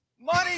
Money